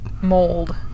mold